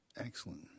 Excellent